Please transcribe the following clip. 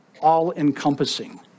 all-encompassing